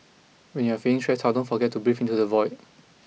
when you are feeling stressed out don't forget to breathe into the void